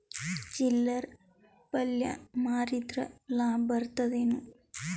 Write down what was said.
ಚಿಲ್ಲರ್ ಪಲ್ಯ ಮಾರಿದ್ರ ಲಾಭ ಬರತದ ಏನು?